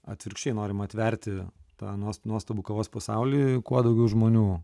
atvirkščiai norim atverti tą nuos nuostabų kavos pasaulį kuo daugiau žmonių